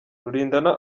rulindana